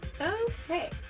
Okay